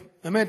ובאמת,